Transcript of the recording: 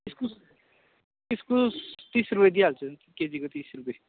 इस्कुस इस्कुस तिस रुपियाँ दिइहाल्छु केजीको केजीको तिस रुपियाँ